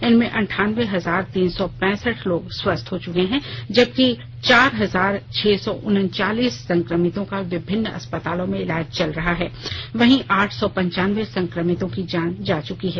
इनमें अंठान्बे हजार तीन सौ पैंसठ लोग स्वस्थ हो चुके हैं जबकि चार हजार छह सौ उनचालीस संक्रमितों का विभिन्न अस्पतालों में इलाज चल रहा है वहीं आठ सौ पंचान्बे संक्रमितों की जान जा चुकी है